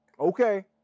Okay